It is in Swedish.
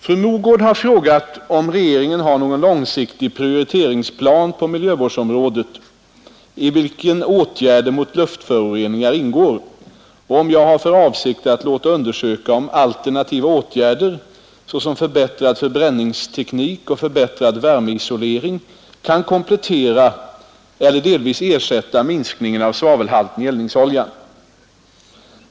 Fru Mogård har frågat om regeringen har någon långsiktig prioriteringsplan på miljövårdsområdet, i vilken åtgärder mot luftföroreningar ingår, och om jag har för avsikt att låta undersöka om alternativa åtgärder, såsom förbättrad förbränningsteknik och förbättrad värmeisolering, kan komplettera eller delvis ersätta minskningen av svavelhalten i eldningsoljan.